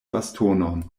bastonon